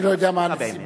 אני לא יודע מהן הנסיבות.